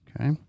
Okay